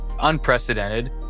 unprecedented